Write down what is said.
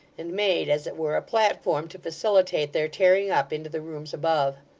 and made, as it were, a platform to facilitate their tearing up into the rooms above.